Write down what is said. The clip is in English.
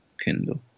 Kindle